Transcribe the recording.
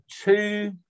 two